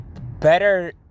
better